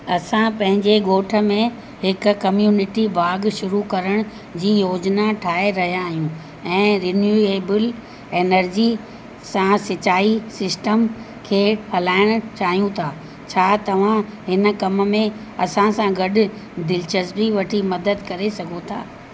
असां पंहिंजे ॻोठ में हिकु कम्यूनिटी बाग़ु शुरू करण जी योजिना ठाहे रहिया आहियूं ऐं रिंयूएबल एनर्जी सां सिचाई सिस्टम खे हलाइण चाहियूं था छा तव्हां हिन कम में असां सां गॾु दिलिचस्पी वठी मदद करे सघो था